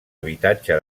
habitatge